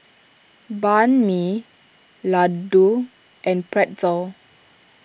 Banh Mi Ladoo and Pretzel